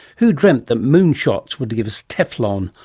who dreamt that moon shots were to give us teflon,